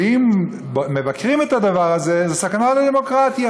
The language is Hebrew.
ואם מבקרים את הדבר הזה, זו סכנה לדמוקרטיה.